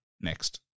next